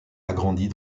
agrandie